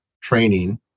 training